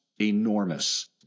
enormous